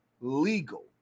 legal